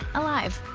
alive!